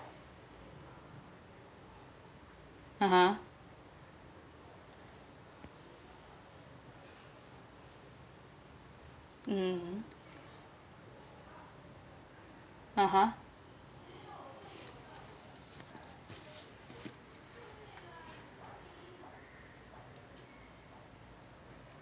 (uh huh) hmm (uh huh)